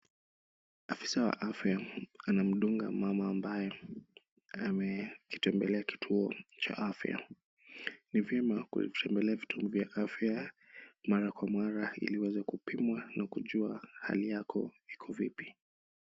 Afisa wa afya anamdunga mama ambaye amekitembelea kituo cha afya. Ni vyema kutembelea vituo vya afya mara kwa mara ili uweze kupimwa na kujua hali yako iko vipi.